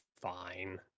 fine